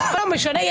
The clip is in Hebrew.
אבל לא משנה.